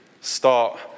start